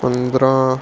ਪੰਦਰਾਂ